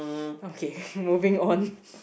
okay moving on